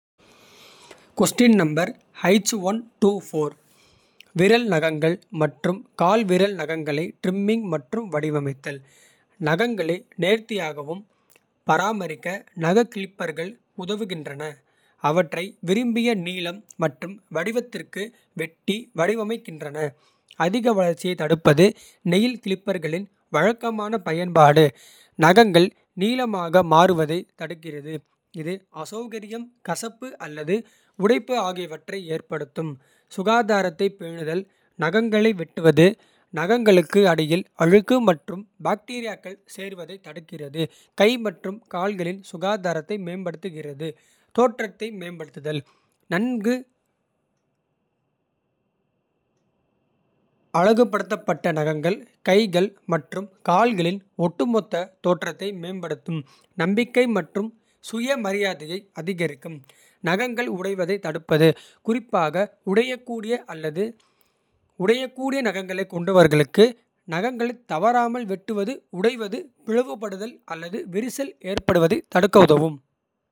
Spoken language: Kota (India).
விரல் நகங்கள் மற்றும் கால் விரல் நகங்களை. ட்ரிம்மிங் மற்றும் வடிவமைத்தல் நகங்களை நேர்த்தியாகவும். நேர்த்தியாகவும் பராமரிக்க நக கிளிப்பர்கள் உதவுகின்றன. அவற்றை விரும்பிய நீளம் மற்றும் வடிவத்திற்கு. வெட்டி வடிவமைக்கின்றன அதிக வளர்ச்சியைத் தடுப்பது. நெயில் கிளிப்பர்களின் வழக்கமான பயன்பாடு. நகங்கள் நீளமாக மாறுவதைத் தடுக்கிறது இது அசௌகரியம். கசப்பு அல்லது உடைப்பு ஆகியவற்றை ஏற்படுத்தும். சுகாதாரத்தை பேணுதல் நகங்களை வெட்டுவது. நகங்களுக்கு அடியில் அழுக்கு மற்றும் பாக்டீரியாக்கள். சேர்வதைத் தடுக்கிறது கை மற்றும் கால்களின் சுகாதாரத்தை. மேம்படுத்துகிறது தோற்றத்தை மேம்படுத்துதல். நன்கு அழகுபடுத்தப்பட்ட நகங்கள் கைகள் மற்றும் கால்களின். ஒட்டுமொத்த தோற்றத்தை மேம்படுத்தும் நம்பிக்கை மற்றும். சுயமரியாதையை அதிகரிக்கும் நகங்கள் உடைவதைத் தடுப்பது. குறிப்பாக உடையக்கூடிய அல்லது உடையக்கூடிய. நகங்களைக் கொண்டவர்களுக்கு நகங்களைத் தவறாமல் வெட்டுவது. உடைவது பிளவுபடுதல் அல்லது விரிசல் ஏற்படுவதைத் தடுக்க உதவும்.